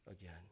again